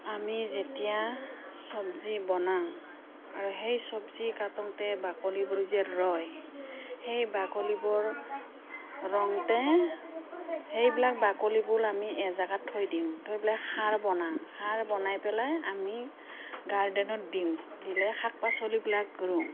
আমি যেতিয়া চব্জি বনাওঁ আৰু সেই চব্জি কাটোতে বাকলিবোৰ যে ৰয় সেই বাকলিবোৰ ৰওঁতে সেইবিলাক বাকলিবোৰ আমি এজেগাত থৈ দিওঁ থৈ পেলাই সাৰ বনাওঁ সাৰ বনাই পেলাই আমি গাৰ্ডেনত দিওঁ দিলে শাক পাচলিবিলাক ৰোওঁ